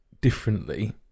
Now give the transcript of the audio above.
differently